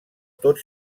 tot